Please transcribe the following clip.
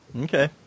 Okay